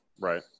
Right